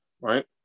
right